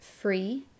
free